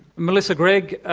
melissa greg,